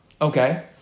Okay